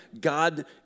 God